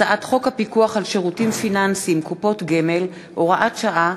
הצעת חוק הפיקוח על שירותים פיננסיים (קופות גמל) (הוראת שעה),